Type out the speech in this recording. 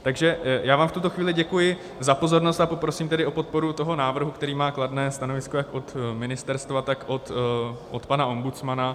Takže já vám v tuto chvíli děkuji za pozornost, a poprosím tedy o podporu toho návrhu, který má kladné stanovisko jak od ministerstva, tak od pana ombudsmana.